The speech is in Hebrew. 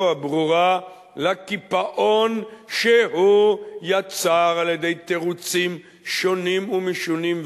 הברורה לקיפאון שהוא יצר על-ידי תירוצים שונים ומשונים,